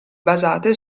basate